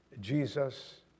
Jesus